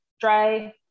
dry